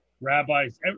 Rabbis